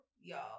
y'all